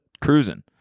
cruising